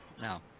No